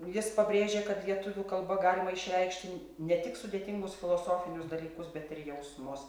jis pabrėžė kad lietuvių kalba galima išreikšti n ne tik sudėtingus filosofinius dalykus bet ir jausmus